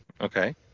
Okay